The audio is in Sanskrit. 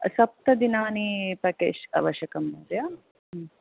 सप्तदिनानि पेकेज् अवश्यकं महोदय